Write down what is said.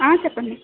చెప్పండి